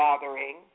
gathering